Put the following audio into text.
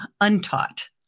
untaught